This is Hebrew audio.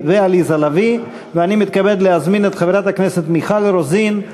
אני קובע כי הצעת החוק למניעת הטרדה מינית (תיקון מס' 9),